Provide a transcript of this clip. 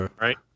Right